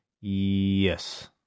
Yes